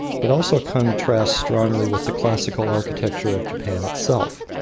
but also contrasts strongly with the classical architecture of japan itself.